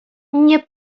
nie